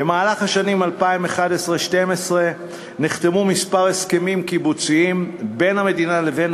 במהלך השנים 2011 ו-2012 נחתמו כמה הסכמים קיבוציים בין המדינה לבין